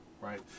right